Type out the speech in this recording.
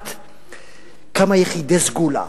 לקחת כמה יחידי סגולה